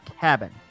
cabin